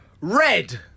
Red